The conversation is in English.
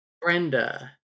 Brenda